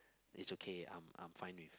it's ok I'm I'm fine with